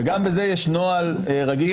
וגם בזה יש נוהל רגיש, מורכב.